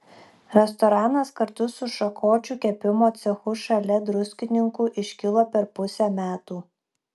restoranas kartu su šakočių kepimo cechu šalia druskininkų iškilo per pusę metų